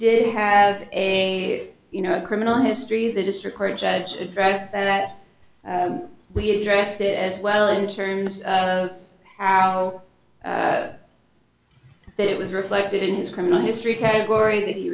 did have a you know a criminal history the district court judge addressed that we addressed it as well in terms of how it was reflected in his criminal history category that